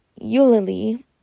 Eulalie